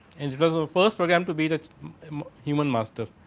and it was a first program to be the human master.